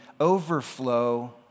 overflow